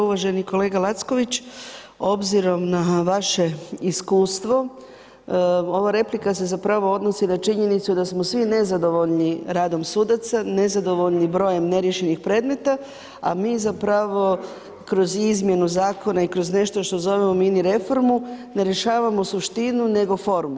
Uvaženi kolega Lacković, obzirom na vaše iskustvo, ova replika se zapravo odnosi na činjenicu da smo svi nezadovoljni radom sudaca, nezadovoljni brojem neriješenih predmeta, a mi zapravo kroz izmjenu zakona i kroz nešto što zovemo mini reformu ne rješavamo suštinu, nego formu.